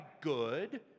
Good